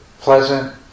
pleasant